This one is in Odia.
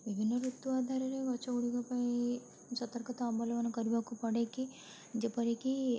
ବିଭିନ୍ନ ଋତୁ ଆଧାରରେ ଗଛଗୁଡ଼ିକ ପାଇଁ ସତର୍କତା ଅବଲମ୍ବନ କରିବାକୁ ପଡ଼େ କି ଯେପରିକି